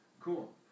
Cool